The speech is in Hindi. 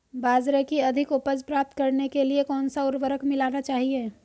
बाजरे की अधिक उपज प्राप्त करने के लिए कौनसा उर्वरक मिलाना चाहिए?